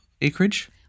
acreage